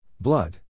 Blood